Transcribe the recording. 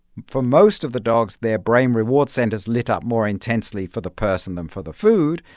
for most of the dogs, their brain reward centers lit up more intensely for the person than for the food,